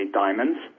diamonds